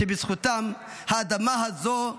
שבזכותם האדמה הזו,